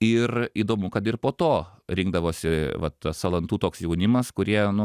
ir įdomu kad ir po to rinkdavosi vat salantų toks jaunimas kurie nu